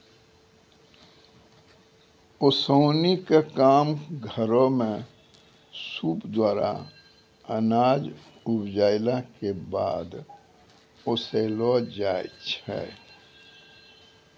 ओसौनी क काम घरो म सूप द्वारा अनाज उपजाइला कॅ बाद ओसैलो जाय छै?